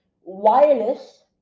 wireless